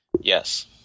Yes